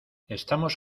estamos